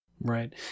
Right